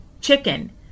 Chicken